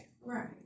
right